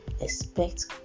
expect